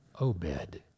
Obed